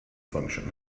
function